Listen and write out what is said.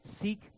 Seek